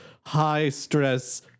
high-stress